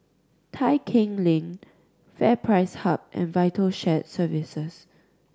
Tai Keng Lane FairPrice Hub and Vital Shared Services